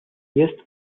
jest